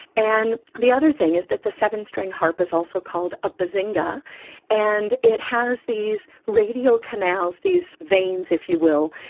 and the other thing is that the seven-stringed harp is also called a bazinga and it has these radial canals, these veins if you will,